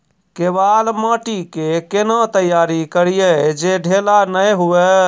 केवाल माटी के कैना तैयारी करिए जे ढेला नैय हुए?